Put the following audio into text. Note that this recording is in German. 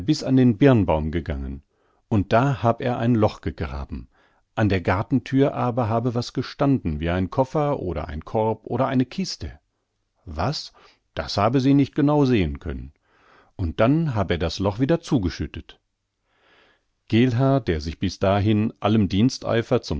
bis an den birnbaum gegangen und da hab er ein loch gegraben an der gartenthür aber habe was gestanden wie ein koffer oder korb oder eine kiste was das habe sie nicht genau sehen können und dann hab er das loch wieder zugeschüttet geelhaar der sich bis dahin